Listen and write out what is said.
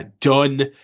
done